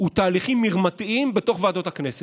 הוא תהליכים מרמתיים בתוך ועדות הכנסת.